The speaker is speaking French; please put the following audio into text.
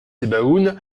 sebaoun